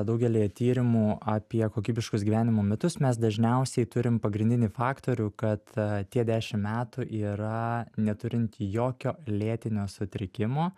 daugelyje tyrimų apie kokybiškus gyvenimo metus mes dažniausiai turim pagrindinį faktorių kad tie dešimt metų yra neturint jokio lėtinio sutrikimo